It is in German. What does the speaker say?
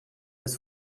ist